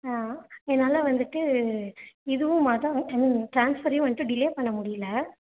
என்னால் வந்துவிட்டு இதுவும் அதுவும் ட்ரான்ஸ்ஃபரையும் வந்துவிட்டு டிலே பண்ண முடியல